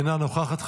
אינה נוכחת.